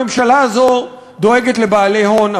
הממשלה הזו דואגת לבעלי ההון,